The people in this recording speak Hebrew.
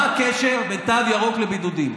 מה הקשר בין תו ירוק לבידודים?